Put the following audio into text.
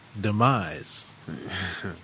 Demise